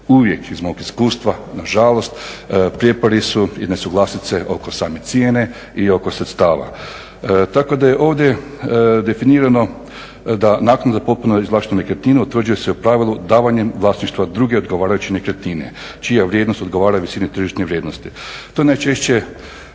uvijek iz mog iskustva nažalost prijepori su i nesuglasice oko same cijene i oko sredstava. Tako da je ovdje definirano da naknada potpuno izvlaštene nekretnine utvrđuje se u pravilu davanjem vlasništva druge odgovarajuće nekretnine čija vrijednost odgovara visini tržišne vrijednosti.